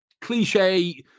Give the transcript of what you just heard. cliche